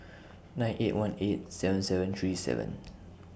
nine eight one eight seven seven three seven